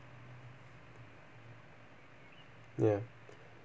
ya